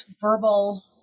verbal